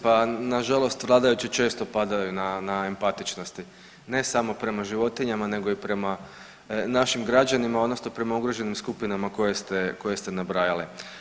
Pa nažalost vladajući često padaju na empatičnosti, ne samo prema životinjama nego i prema našim građanima odnosno prema ugroženim skupinama koje ste nabrajali.